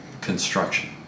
construction